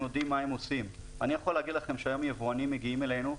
הם יודעים מה הם עושים' אני יכול להגיד לכם שהיום יבואנים מגיעים אלינו,